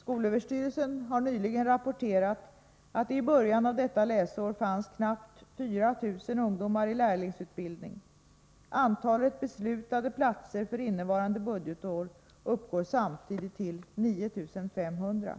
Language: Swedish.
Skolöverstyrelsen har nyligen rapporterat att det i början av detta läsår fanns knappt 4 000 ungdomar i lärlingsutbildningen. Antalet beslutade platser för innevarande budgetår uppgår samtidigt till 9 500.